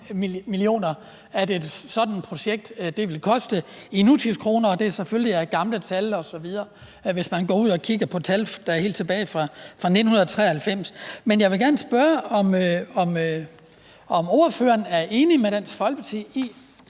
millioner sådan et projekt vil koste i nutidskroner, og at det selvfølgelig er gamle tal, hvis man går ud og kigger på tal, der er helt tilbage fra 1993. Men jeg vil gerne spørge, om ordføreren er enig med Dansk Folkeparti i,